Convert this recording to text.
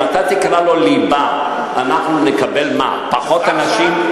אם אתה תקרא לו ליבה, מה אנחנו נקבל, פחות אנשים?